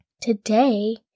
Today